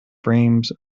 frames